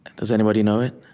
does anybody know it?